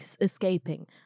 escaping